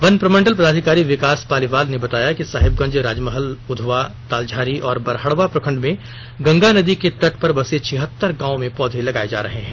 one प्रमंडल पदाधिकारी विकास पालीवाल ने बताया कि साहिबगंज राजमहल उधवा तालझारी और बरहडवा प्रखंड में गंगा नदी के तट पर बसे छियतर गांवों में पौधे लगाये जा रहे हैं